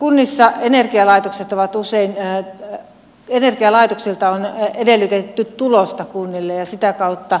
kunnissa energialaitoksilta on usein edellytetty tulosta kunnille ja sitä kautta